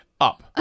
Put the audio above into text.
up